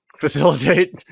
facilitate